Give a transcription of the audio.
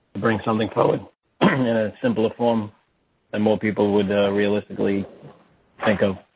bring something forward and in a simpler form than more people would realistically think of.